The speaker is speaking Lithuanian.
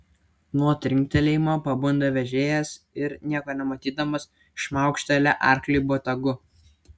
nuo trinktelėjimo pabunda vežėjas ir nieko nematydamas šmaukštelia arkliui botagu